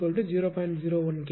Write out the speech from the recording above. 01Kp 0